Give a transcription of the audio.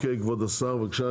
כבוד השר, בבקשה.